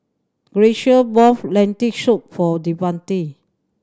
Graciela bought Lentil Soup for Davante